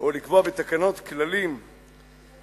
או לקבוע בתקנות כללים ולהתיר,